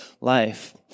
life